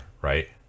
right